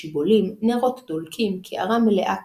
בימינו, בעקבות התנגדות חכמים,